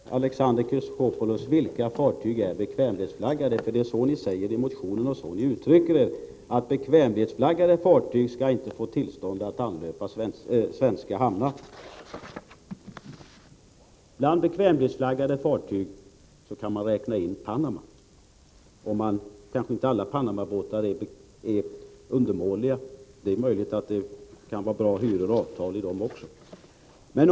Herr talman! Jag frågade Alexander Chrisopoulos: Vilka fartyg är bekvämlighetsflaggade? Ni säger i motionen, att bekvämlighetsflaggade fartyg inte skall få tillstånd att anlöpa svenska hamnar. Bland bekvämlighetsflaggade fartyg kan man räkna in sådana som går under Panamaflagg. Alla Panamabåtar är kanske inte undermåliga. Det är möjligt att det kan vara bra hyror och avtal på dylika båtar också.